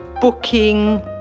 booking